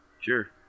Sure